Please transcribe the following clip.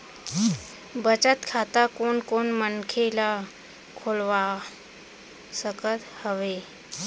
बचत खाता कोन कोन मनखे ह खोलवा सकत हवे?